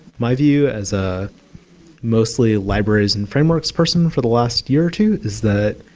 my view as ah mostly libraries and frameworks person for the last year or two is that